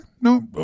No